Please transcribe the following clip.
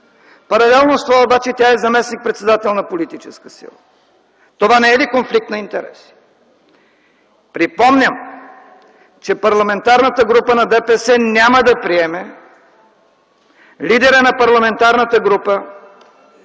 Паралелно с това обаче тя е заместник-председател на политическа сила. Това не е ли конфликт на интереси?! Припомням, че Парламентарната група на Движението за права и свободи няма да приеме лидерът на парламентарната й група